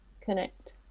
connect